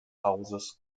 hauses